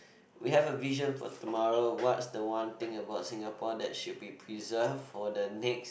we have a vision for tomorrow what's the one thing about Singapore that should be preserved for the next